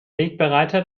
wegbereiter